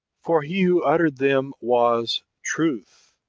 for he who uttered them was truth,